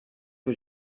que